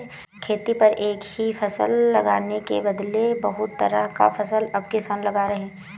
खेती पर एक ही फसल लगाने के बदले बहुत तरह का फसल अब किसान लगा रहे हैं